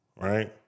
Right